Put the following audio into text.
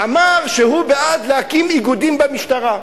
אמר שהוא בעד להקים איגודים במשטרה.